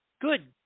good